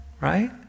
right